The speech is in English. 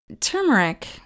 turmeric